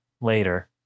later